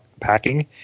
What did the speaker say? packing